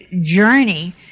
journey